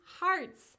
hearts